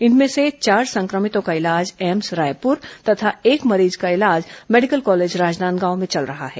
इनमें से चार संक्रमितों का इलाज एम्स रायपुर तथा एक मरीज का इलाज मेडिकल कॉलेज राजनांदगांव में चल रहा है